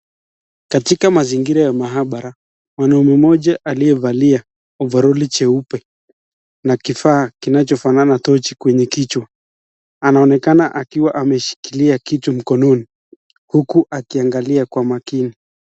Katika mazingira ya mahabara, mwanaume mmoja aliyevalia ovaroli jeupe na kifaa kinachofanana toshi kwenye kichwa anaonekana akiwa ameshikilia kitu mkononi uku akiangalia kwa makini.